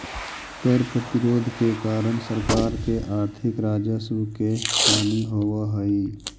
कर प्रतिरोध के कारण सरकार के आर्थिक राजस्व के हानि होवऽ हई